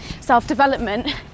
self-development